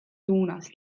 suunas